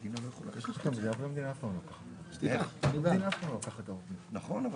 הבוקר תוקן פרסום מס' 3. אתמול קיימנו את הדיון,